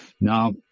Now